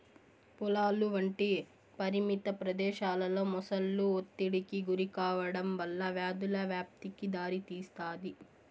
పొలాలు వంటి పరిమిత ప్రదేశాలలో మొసళ్ళు ఒత్తిడికి గురికావడం వల్ల వ్యాధుల వ్యాప్తికి దారితీస్తాది